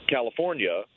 California